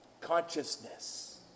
consciousness